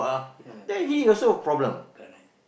ya correct correct